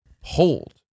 hold